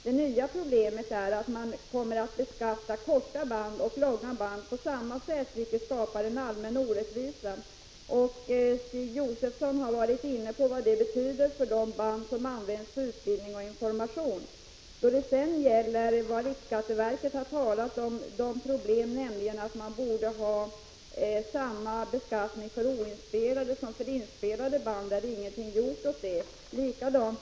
Det nya problemet är att man kommer att beskatta korta band och långa band på samma sätt, vilket skapar en allmän orättvisa. Stig Josefson var inne på vad det betyder i fråga om de band som används för utbildning och information. Det problem som riksskatteverket har talat om, nämligen att man borde ha samma beskattning för oinspelade som för inspelade band, har man inte gjort någonting åt.